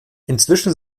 inzwischen